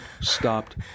stopped